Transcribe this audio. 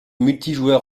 multijoueur